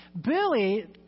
Billy